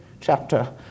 chapter